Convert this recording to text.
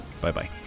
bye-bye